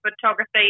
Photography